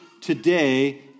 today